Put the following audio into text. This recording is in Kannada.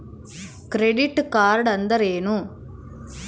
ಕ್ರೆಡಿಟ್ ಕಾರ್ಡ್ ಅಂದ್ರೇನು?